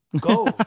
go